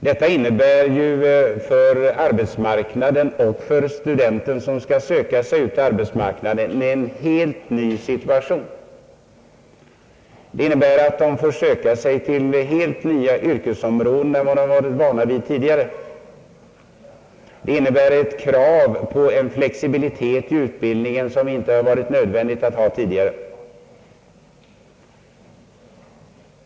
Detta innebär för arbetsmarknaden och för studenten, som skall söka sig ut på arbetsmarknaden, en helt ny situation. Det innebär att studenterna får söka sig till helt nya yrkesområden än vad de varit vana vid tidigare. Det innebär ett krav på en flexibilitet i utbildningen, som det inte varit nödvändigt att ha tidigare.